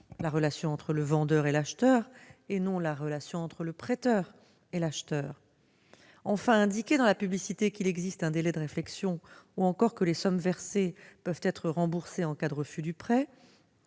la relation entre le vendeur et l'acheteur, non la relation entre le prêteur et l'acheteur. Enfin, les mentions dans la publicité qu'il existe un délai de réflexion et que les sommes versées peuvent être remboursées en cas de refus du prêt,